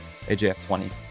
AJF20